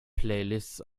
playlists